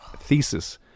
thesis